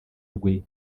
rwe